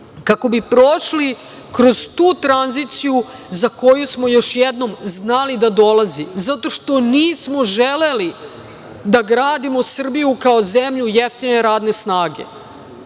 kako bi prošli kroz tu tranziciju za koju smo još jednom znali da dolazi. Zato što nismo želeli da gradimo Srbiju kao zemlju jeftine radne snage.